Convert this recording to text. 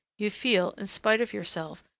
you feel, in spite of yourself,